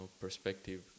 perspective